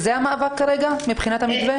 זה המאבק כרגע מבחינת המתווה?